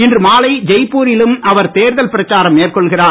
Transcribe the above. இன்று மாலை ஜெய்பூரிலும் அவர் தேர்தல் பிரச்சாரம் மேற்கொள்கிறார்